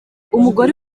umugore